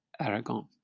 Aragon